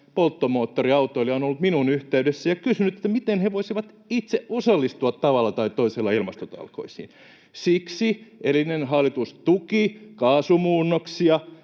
polttomoottoriautoilija on ollut minuun yhteydessä ja kysynyt, miten he voisivat itse osallistua tavalla tai toisella ilmastotalkoisiin. Siksi edellinen hallitus tuki kaasumuunnoksia